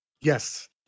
Yes